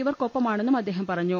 ഇവർക്കൊപ്പമാണെന്നും അദ്ദേഹം പറഞ്ഞു